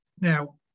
Now